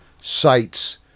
sites